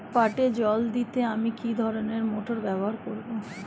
পাটে জল দিতে আমি কি ধরনের মোটর ব্যবহার করব?